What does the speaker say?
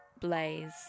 Blaze